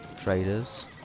traders